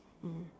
mm